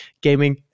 gaming